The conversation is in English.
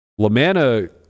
LaManna